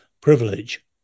privilege